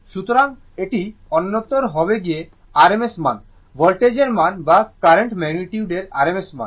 সুতরাং এটি অন্যতর হবে গিয়ে rms মান ভোল্টেজের rms মান বা কারেন্ট ম্যাগনিটিউড এর rms মান